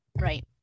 Right